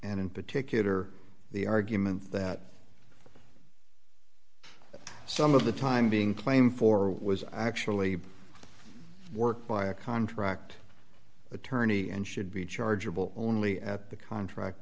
and in particular the argument that some of the time being claim for what was actually work by a contract attorney and should be chargeable only at the contract